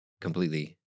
completely